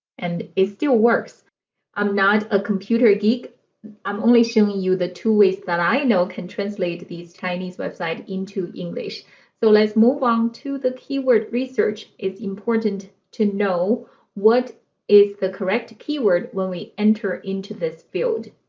and it still works i'm not a computer geek i'm only showing you the two ways that i know can translate these chinese website into english so let's move on to the keyword research it is important to know what is the correct keyword when we enter into this field